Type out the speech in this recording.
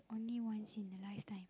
only once in a lifetime